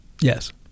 Yes